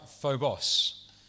phobos